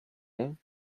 been